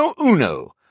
uno